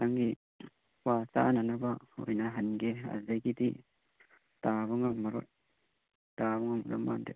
ꯅꯪꯒꯤ ꯀ꯭ꯋꯥ ꯆꯥꯅꯅꯕ ꯑꯣꯏꯅ ꯍꯟꯒꯦ ꯑꯗꯒꯤꯗꯤ ꯇꯥꯕ ꯉꯝꯃꯔꯣꯏ ꯇꯥꯕ ꯉꯝꯃꯔꯣꯏ ꯃꯔꯝꯗꯤ